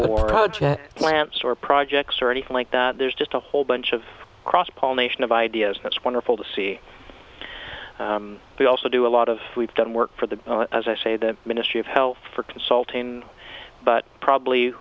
or plants or projects or anything like that there's just a whole bunch of cross pollination of ideas that's wonderful to see we also do a lot of we've done work for the as i say the ministry of health for consulting but probably